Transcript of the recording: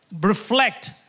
reflect